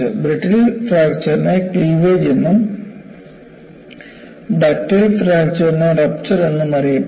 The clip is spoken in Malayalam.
ബ്രിട്ടിൽ ഫ്രാക്ചർനെ ക്ലീവേജ് എന്നും ഡക്റ്റൈൽ ഫ്രാക്ചർ റപ്പ്ചർ എന്നും അറിയപ്പെടുന്നു